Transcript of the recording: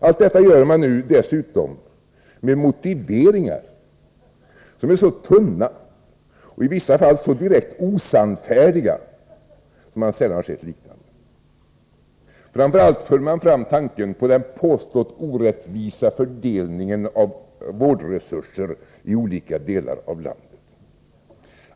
Allt detta görs nu dessutom med motiveringar som är så tunna och i vissa fall så direkt osannfärdiga, att man sällan sett något liknande. Framför allt för man in i diskussionen den påstått orättvisa fördelningen av vårdresurser i olika delar av landet.